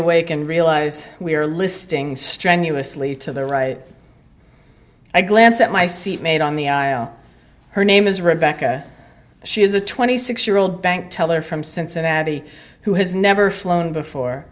realise we are listing strenuously to the right i glance at my seat mate on the i o her name is rebecca she is a twenty six year old bank teller from cincinnati who has never flown before